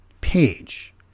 page